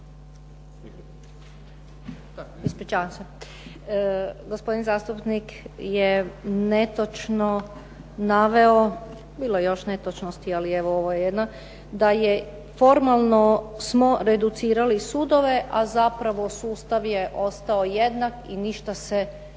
Ana (HDZ)** Gospodin zastupnik je netočno naveo, bilo je još netočnosti, a ovo je jedna, da je formalno smo reducirali sudove a zapravo sustav je ostao jednak i ništa se nije